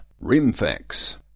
RIMFAX